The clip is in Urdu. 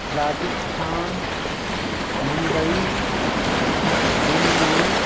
راجستھان ممبئی دہلی